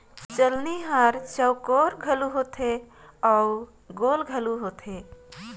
चलनी हर चउकोर घलो होथे अउ गोल घलो होथे